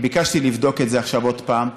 ביקשתי לבדוק את זה עכשיו עוד פעם.